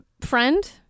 friend